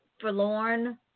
forlorn